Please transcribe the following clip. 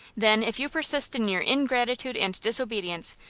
then, if you persist in your ingratitude and disobedience,